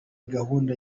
gahunda